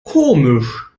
komisch